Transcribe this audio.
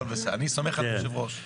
הכל בסדר, אני סומך על יושב הראש.